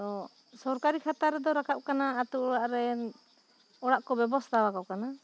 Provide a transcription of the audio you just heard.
ᱛᱚ ᱥᱚᱨᱠᱟᱨᱤ ᱠᱷᱟᱛᱟ ᱨᱮᱫᱚ ᱨᱟᱠᱟᱵ ᱠᱟᱱᱟ ᱟᱹᱛᱩ ᱚᱲᱟᱜ ᱨᱮᱱ ᱚᱲᱟᱜ ᱠᱚ ᱵᱮᱵᱚᱥᱛᱷᱟ ᱟᱠᱚ ᱠᱟᱱᱟ